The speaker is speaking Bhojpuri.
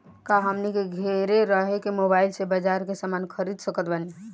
का हमनी के घेरे रह के मोब्बाइल से बाजार के समान खरीद सकत बनी?